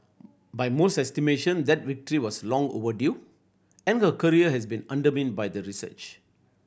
by most estimation that victory was long overdue and her career has been undermined by the research